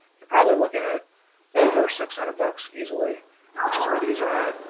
you're probably looking at over six hundred bucks easily which is where these are at?